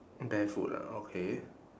barefoot ah okay